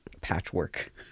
patchwork